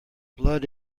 blood